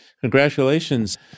congratulations